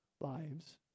lives